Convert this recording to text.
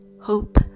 hope